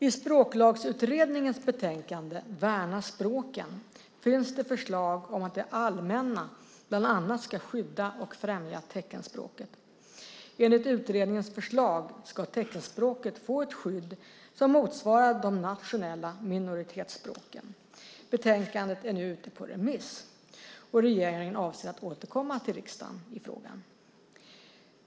I Språklagsutredningens betänkande Värna språken finns det förslag om att det allmänna bland annat ska skydda och främja teckenspråket. Enligt utredningens förslag ska teckenspråket få ett skydd som motsvarar de nationella minoritetsspråken. Betänkandet är nu ute på remiss, och regeringen avser att återkomma till riksdagen i frågan.